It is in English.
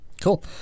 Cool